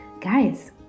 guys